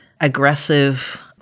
aggressive